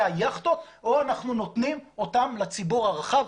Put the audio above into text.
היכטות או אנחנו נותנים אותם לציבור הרחב.